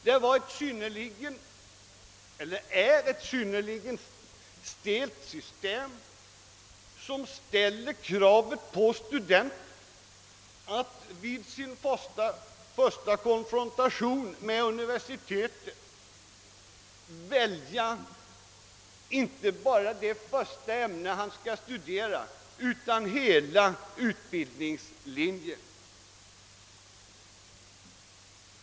Det är sålunda ett mycket stelt system, som kräver att studenten vid sin första konfrontation med universitetet skall välja inte bara det ämne han först skall studera utan hela utbildningslinjen.